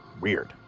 Weird